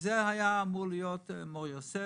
זה היה אמור להיות בוועדה של מור יוסף.